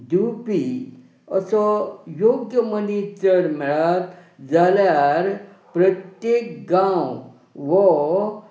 दिवपी असो योग्य मनीस जर मेळत जाल्यार प्रत्येक गांव हो